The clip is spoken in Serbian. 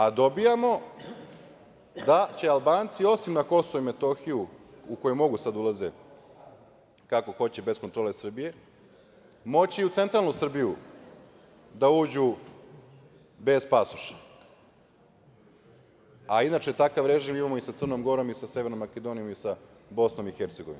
A dobijamo da će Albanci, osim na Kosovo i Metohiju, u koje mogu sada da ulaze kako hoće, bez kontrole Srbije, moći i u centralnu Srbiju da uđu bez pasoša, a inače takav režim imamo i sa Crnom Gorom i sa Severnom Makedonijom i sa Bosnom i Hercegovinom.